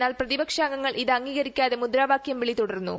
എന്നാൽ പ്രതിപക്ഷാംഗങ്ങൾ ഇത് അംഗീകരിക്കാതെ മുദ്രാവാക്യം വിളി തുടർന്നു